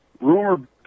rumor